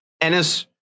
Ennis